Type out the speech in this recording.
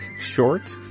short